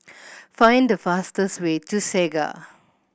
find the fastest way to Segar